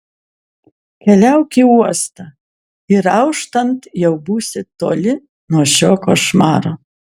keliauk į uostą ir auštant jau būsi toli nuo šio košmaro